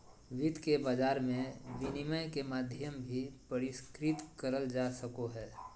वित्त के बाजार मे विनिमय के माध्यम भी परिष्कृत करल जा सको हय